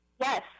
Yes